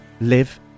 live